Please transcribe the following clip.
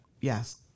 Yes